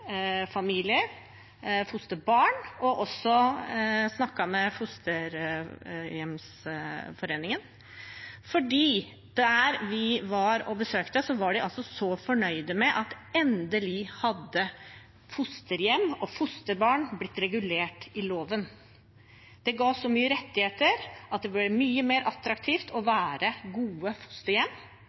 fosterbarn, og jeg har også snakket med Fosterhjemsforeningen. For der vi var på besøk, var de så fornøyd med at fosterhjem og fosterbarn endelig hadde blitt regulert i loven. Det ga så mange rettigheter at det ble mye mer attraktivt å være gode fosterhjem,